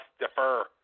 defer